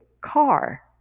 car